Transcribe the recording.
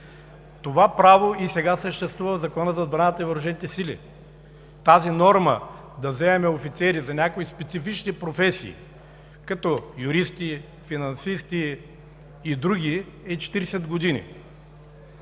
Това право и сега съществува в Закона за отбраната и въоръжените сили. Тази норма да вземем офицери за някои специфични професии, като юристи, финансисти и други, е 40 години.